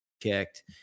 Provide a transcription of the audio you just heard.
kicked